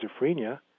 schizophrenia